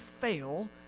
fail